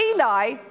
Eli